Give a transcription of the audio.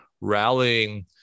rallying